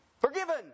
forgiven